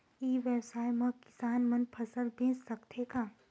ई व्यवसाय म किसान मन फसल बेच सकथे का?